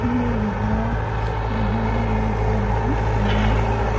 আমি বিহুৰ বিহু মানে আমি নাচি ভাল পাওঁ তেনে